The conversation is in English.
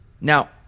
Now